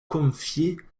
confiées